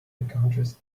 encounters